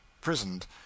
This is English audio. prisoned